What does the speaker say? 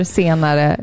senare